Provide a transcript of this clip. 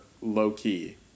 low-key